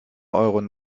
eure